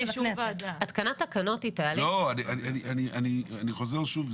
לא, אני חוזר שוב.